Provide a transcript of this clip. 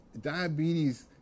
diabetes